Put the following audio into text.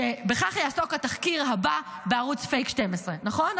שבכך יעסוק התחקיר הבא בערוץ פייק 12. נכון,